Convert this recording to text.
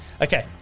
Okay